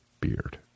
beard